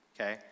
okay